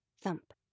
thump